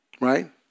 right